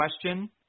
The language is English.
question